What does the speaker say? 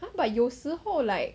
!huh! but 有时候 like